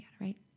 right